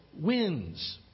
wins